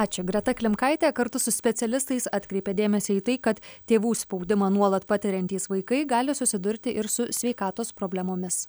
ačiū greta klimkaitė kartu su specialistais atkreipė dėmesį į tai kad tėvų spaudimą nuolat patiriantys vaikai gali susidurti ir su sveikatos problemomis